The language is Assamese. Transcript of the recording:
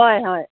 হয় হয়